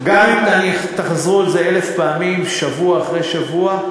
גם אם תחזרו על זה אלף פעמים, שבוע אחרי שבוע.